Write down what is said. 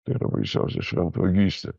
tai yra baisiausia šventvagystė